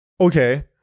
okay